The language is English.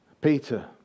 Peter